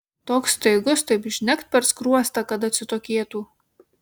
toks staigus taip žnekt per skruostą kad atsitokėtų